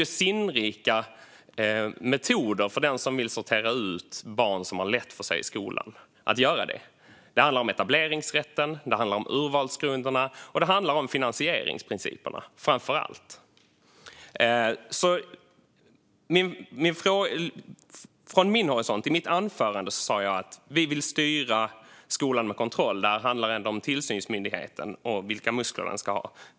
Det finns snillrika metoder för den som vill sortera ut barn som har lätt för sig i skolan att göra det; det handlar om etableringsrätten, om urvalsgrunderna och framför allt om finansieringsprinciperna. I mitt anförande sa jag att vi vill styra skolan med kontroll. Detta handlar ändå om tillsynsmyndigheten och vilka muskler den ska ha.